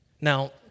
Now